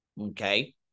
Okay